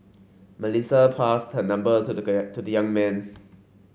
Melissa passed her number to the young man